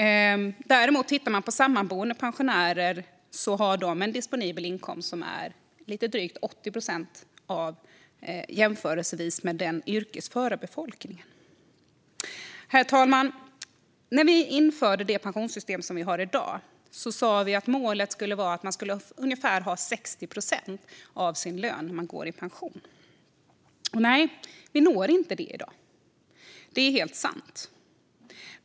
Tittar man däremot på sammanboende pensionärer kan man se att de har en disponibel inkomst som är lite drygt 80 procent av den yrkesföra befolkningens. Herr talman! När vi införde det pensionssystem som vi har i dag sa vi att målet skulle vara att man skulle ungefär ha 60 procent av sin lön när man går i pension. Nej, vi når inte det i dag. Det är helt sant.